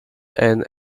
and